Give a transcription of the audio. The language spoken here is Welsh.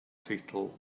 teitl